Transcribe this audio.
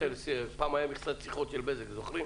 פעם הייתה מכסת שיחות של בזק, זוכרים?